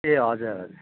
ए हजुर हजुर